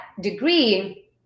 degree